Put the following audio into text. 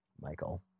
Michael